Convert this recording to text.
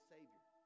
Savior